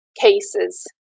cases